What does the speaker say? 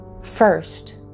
First